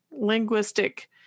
linguistic